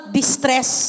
distress